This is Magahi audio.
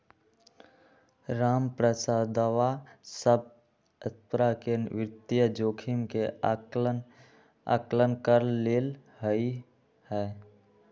रामप्रसादवा सब प्तरह के वित्तीय जोखिम के आंकलन कर लेल कई है